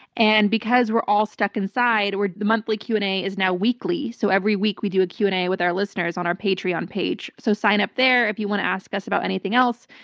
and because we're all stuck inside, the monthly q and a is now weekly. so every week we do a q and a with our listeners on our patreon page. so sign up there if you want to ask us about anything else.